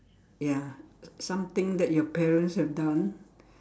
ya something that your parents have done